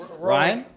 ryan?